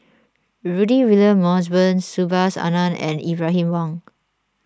Rudy William Mosbergen Subhas Anandan and Ibrahim Awang